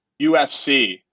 UFC